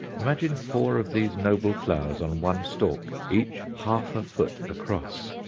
imagine four of these noble flowers on one stalk, each half a foot across!